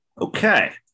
Okay